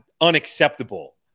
unacceptable